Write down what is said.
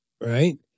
Right